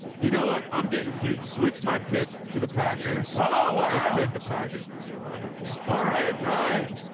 you know what? i'm getting cute. switch my pick to the packers. oh wow. take the packers in the survivor pool. all right, ryan,